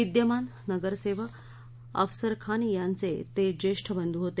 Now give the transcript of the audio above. विद्यमान नगरसरवक अफसर खान यांचे ते ज्येष्ठ बंधु होते